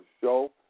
show